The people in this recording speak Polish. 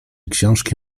książki